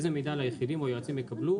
איזה מידע ליחידים או יועצים יקבלו?